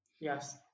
Yes